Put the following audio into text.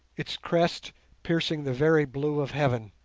its crest piercing the very blue of heaven.